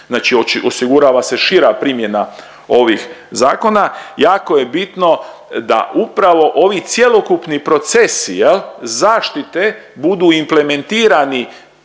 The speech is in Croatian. znači osigurava se šira primjena ovih zakona. Jako je bitno da upravo ovi cjelokupni procesi zaštite budu implementirani